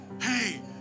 hey